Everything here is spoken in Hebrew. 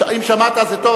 אם שמעת זה טוב,